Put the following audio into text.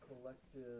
collective